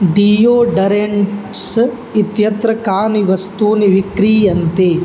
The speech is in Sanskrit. डीयोडरेण्ट्स् इत्यत्र कानि वस्तूनि विक्रीयन्ते